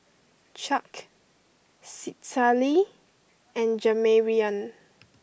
Chuck Citlalli and Jamarion